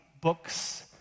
books